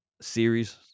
series